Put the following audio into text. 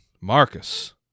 Marcus